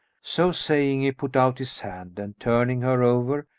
so saying, he put out his hand and, turning her over,